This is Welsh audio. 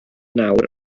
nawr